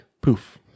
poof